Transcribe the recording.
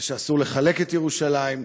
שאסור לחלק את ירושלים,